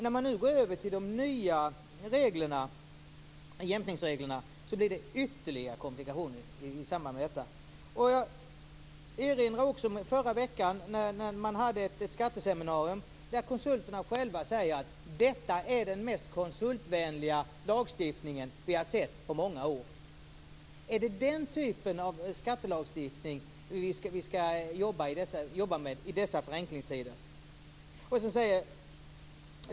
När man nu går över till de nya jämkningsreglerna blir det ytterligare komplikationer i samband med det. Jag vill erinra om förra veckan, när man hade ett skatteseminarium där konsulterna själva sade: Detta är den mest konsultvänliga lagstiftning vi har sett på många år. Är det den typen av skattelagstiftning som vi ska jobba med i dessa förenklingstider?